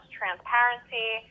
transparency